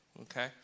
okay